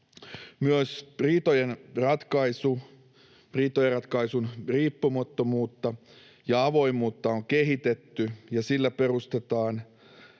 Myös riitojen ratkaisun riippumattomuutta ja avoimuutta on kehitetty, ja sille perustetaan